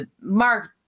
Mark